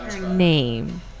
name